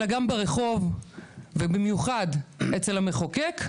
אלא גם ברחוב ובמיוחד אצל המחוקק,